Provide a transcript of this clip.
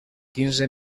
quinze